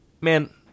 man